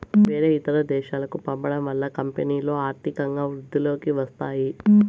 వేరే ఇతర దేశాలకు పంపడం వల్ల కంపెనీలో ఆర్థికంగా వృద్ధిలోకి వస్తాయి